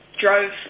drove